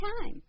time